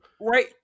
Right